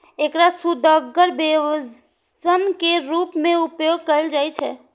एकरा सुअदगर व्यंजन के रूप मे उपयोग कैल जाइ छै